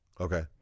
okay